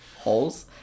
Holes